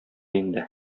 инде